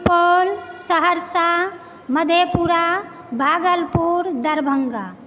Supaul Saharsa Madhepura Bhagalpur Darbhanga